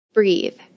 Breathe